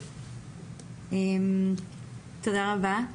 תודה רבה.